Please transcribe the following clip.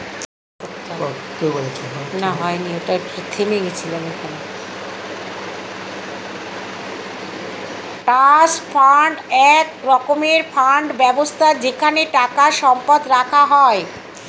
trust fund এক রকমের fund ব্যবস্থা যেখানে টাকা সম্পদ রাখা হয়